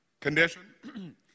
Condition